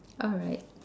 alright